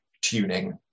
tuning